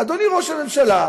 אדוני ראש הממשלה,